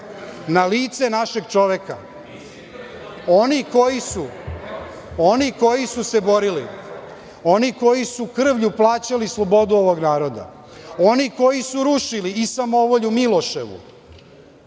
na lice našeg čoveka. Oni koji su se borili, oni koji su krvlju plaćali slobodu ovog naroda, oni koji su rušili i samovolju Miloševu,